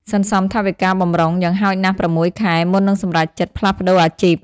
សន្សំថវិកាបម្រុង យ៉ាងហោចណាស់ ៦ ខែ មុននឹងសម្រេចចិត្តផ្លាស់ប្តូរអាជីព។